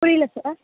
புரியிலை sir